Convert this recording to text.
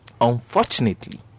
unfortunately